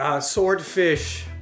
swordfish